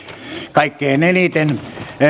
kaikkein eniten